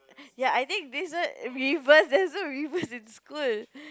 ya I think this one reverse that's so reverse in school